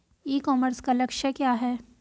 ई commerce का लक्ष्य क्या है?